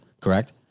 correct